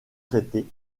traitée